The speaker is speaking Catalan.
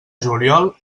juliol